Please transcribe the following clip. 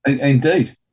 Indeed